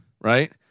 Right